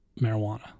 marijuana